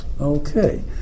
Okay